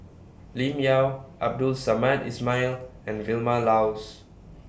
Lim Yau Abdul Samad Ismail and Vilma Laus